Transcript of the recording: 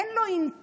אין לו אינטרס